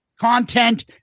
content